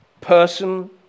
person